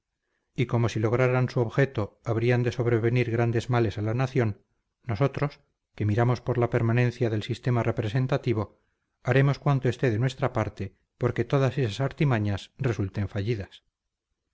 y como si lograran su objeto habrían de sobrevenir grandes males a la nación nosotros que miramos por la permanencia del sistema representativo haremos cuanto esté de nuestra parte porque todas esas artimañas resulten fallidas